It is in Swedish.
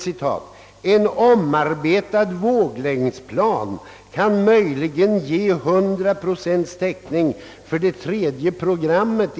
TV, att »en omarbetad våglängdsplan kan möjligen ge 100 procents täckning för det tredje programmet».